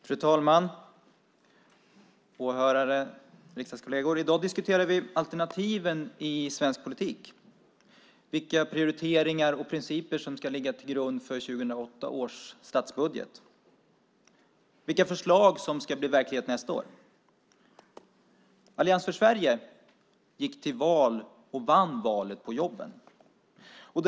Fru talman! Åhörare och riksdagskolleger! I dag diskuterar vi alternativen i svensk politik, vilka prioriteringar och principer som ska ligga till grund för 2008 års statsbudget och vilka förslag som ska bli verklighet nästa år. Allians för Sverige gick till val och vann valet på frågan om jobben.